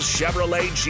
Chevrolet